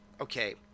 okay